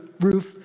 roof